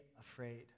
afraid